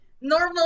normal